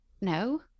no